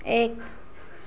এক